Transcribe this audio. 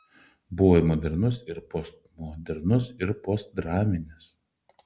buvo ir modernus ir postmodernus ir postdraminis